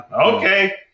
Okay